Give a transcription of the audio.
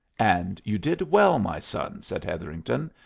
and you did well, my son, said hetherington.